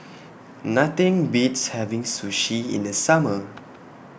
Nothing Beats having Sushi in The Summer